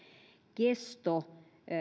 kesto